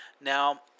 Now